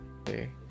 okay